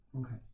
okay